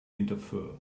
interfere